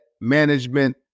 management